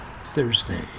Thursday